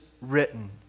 written